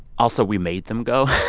also, we made them go.